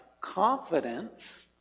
confidence